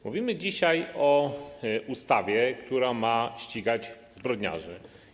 Mówimy dzisiaj o ustawie, która ma ścigać zbrodniarzy.